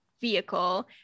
vehicle